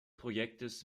projektes